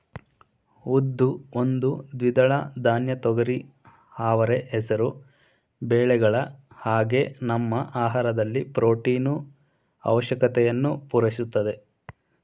ಉದ್ದು ಒಂದು ದ್ವಿದಳ ಧಾನ್ಯ ತೊಗರಿ ಅವರೆ ಹೆಸರು ಬೇಳೆಗಳ ಹಾಗೆ ನಮ್ಮ ಆಹಾರದಲ್ಲಿ ಪ್ರೊಟೀನು ಆವಶ್ಯಕತೆಯನ್ನು ಪೂರೈಸುತ್ತೆ